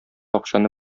акчаны